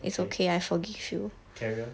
okay carry on